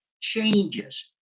changes